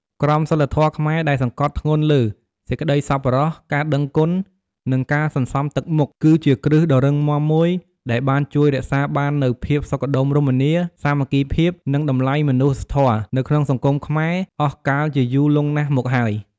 ក្រមសីលធម៌ខ្មែរដែលសង្កត់ធ្ងន់លើ សេចក្តីសប្បុរស ការដឹងគុណ និងការសន្សំទឹកមុខ គឺជាគ្រឹះដ៏រឹងមាំមួយដែលបានជួយរក្សាបាននូវ ភាពសុខដុមរមនា សាមគ្គីភាព និងតម្លៃមនុស្សធម៌ នៅក្នុងសង្គមខ្មែរអស់កាលជាយូរលង់ណាស់មកហើយ។